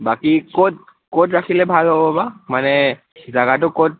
বাকী ক'ত ক'ত ৰাখিলে ভাল হ'ব বা মানে জাগাটো ক'ত